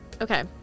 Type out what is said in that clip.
Okay